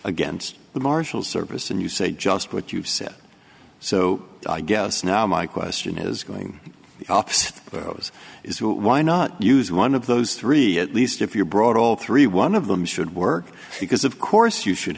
against the marshal service and you say just what you've said so i guess now my question is going off for those is why not use one of those three at least if you're brought all three one of them should work because of course you should